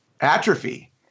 atrophy